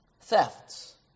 Thefts